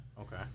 Okay